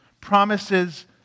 Promises